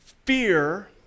Fear